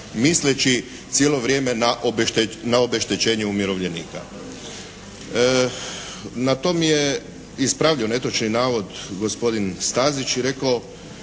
misleći cijelo vrijeme na obeštećenje umirovljenika. Na to mi je ispravio netočni navod gospodin Stazić i rekao